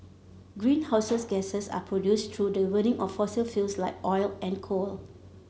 greenhouses gases are produced through the burning of fossil fuels like oil and coal